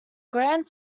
grand